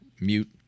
Mute